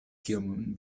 kiom